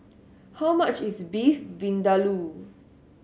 how much is Beef Vindaloo